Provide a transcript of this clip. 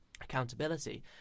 accountability